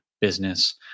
business